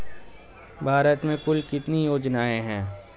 भारत में कुल कितनी योजनाएं हैं?